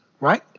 right